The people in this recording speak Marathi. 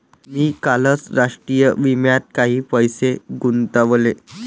मी कालच राष्ट्रीय विम्यात काही पैसे गुंतवले